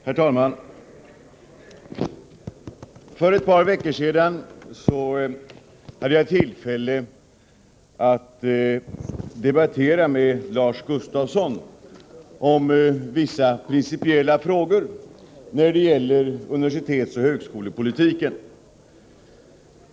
Herr talman! För ett par veckor sedan hade jag tillfälle att debattera med Lars Gustafsson om vissa principiella frågor när det gäller universitetsoch högskolepolitiken.